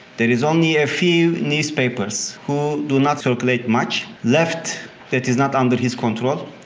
there is only a few newspapers who do not circulate much left that is not under his control.